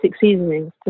seasonings